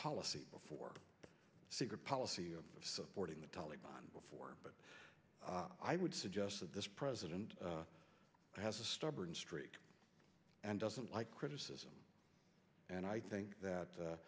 policy before secret policy of supporting the taliban before but i would suggest that this president has a stubborn streak and doesn't like criticism and i think that